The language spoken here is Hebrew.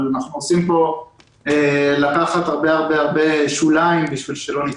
אבל אנחנו מנסים פה לקחת הרבה מאוד שוליים בשביל שלא נטעה.